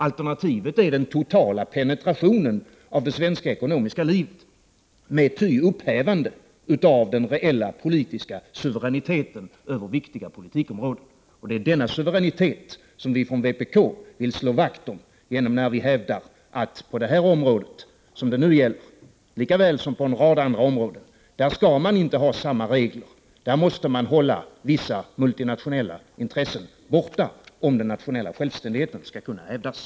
Alternativet är den totala penetrationen av det svenska ekonomiska livet med ty åtföljande upphävande av den reella politiska suveräniteten över viktiga politikområden — och det är denna suveränitet som vi från vpk vill slå vakt om när vi säger att man på det område som det nu gäller lika väl som på en del andra områden inte skall ha samma regler för alla utan att man där måste hålla vissa multinationella intressen borta om den nationella självständigheten skall kunna hävdas.